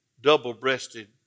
double-breasted